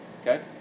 Okay